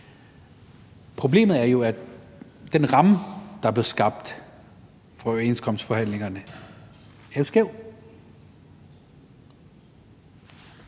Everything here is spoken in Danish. problemet er, at den ramme, der blev skabt, for overenskomstforhandlingerne, jo er skæv,